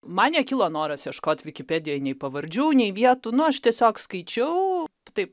man nekilo noras ieškot vikipedijoj nei pavardžių nei vietų nu aš tiesiog skaičiau taip